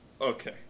Okay